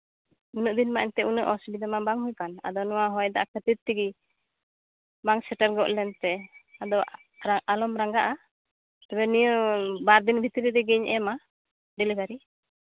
ᱩᱱᱟᱹᱜ ᱫᱤᱱ ᱨᱮᱱᱟᱜ ᱮᱱᱛᱮᱜ ᱩᱱᱟᱹᱜ ᱚᱥᱩᱵᱤᱫᱷᱟ ᱢᱟ ᱵᱟᱝ ᱦᱩᱭ ᱠᱟᱱ ᱟᱫᱚ ᱱᱚᱣᱟ ᱦᱚᱭ ᱫᱟᱜ ᱠᱷᱟᱹᱛᱤᱨ ᱛᱮᱜᱮ ᱵᱟᱝ ᱥᱮᱴᱮᱨ ᱦᱚᱫ ᱞᱮᱱᱛᱮ ᱟᱫᱚ ᱟᱞᱚᱢ ᱨᱟᱸᱜᱟᱜᱼᱟ ᱛᱚᱵᱮ ᱱᱤᱭᱟᱹ ᱵᱟᱨᱫᱤᱱ ᱵᱷᱤᱛᱨᱤ ᱨᱮᱜᱮᱧ ᱮᱢᱼᱟ ᱰᱮᱞᱤᱵᱷᱮᱨᱤ